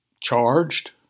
charged